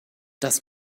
das